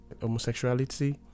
homosexuality